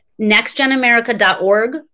NextGenAmerica.org